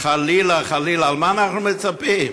חלילה, חלילה, למה אנחנו מצפים?